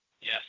yes